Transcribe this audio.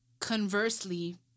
conversely